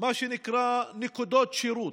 מה שנקרא נקודות שירות,